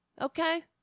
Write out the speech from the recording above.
Okay